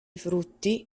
frutti